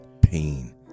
pain